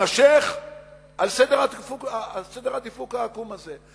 מתמשך על סדר העדיפויות העקום הזה.